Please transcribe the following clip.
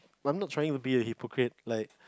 I'm not trying to be a hypocrite like